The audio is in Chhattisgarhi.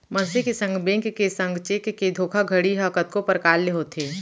मनसे के संग, बेंक के संग चेक के धोखाघड़ी ह कतको परकार ले होथे